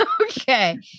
Okay